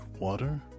water